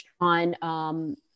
on